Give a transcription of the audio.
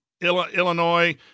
Illinois –